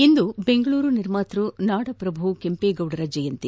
ಇಂದು ಬೆಂಗಳೂರು ನಿರ್ಮಾತ್ಯ ನಾಡಪ್ರಭು ಕೆಂಪೇಗೌಡರ ಜಯಂತಿ